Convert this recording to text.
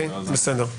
בסדר.